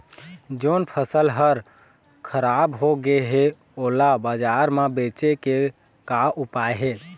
जोन फसल हर खराब हो गे हे, ओला बाजार म बेचे के का ऊपाय हे?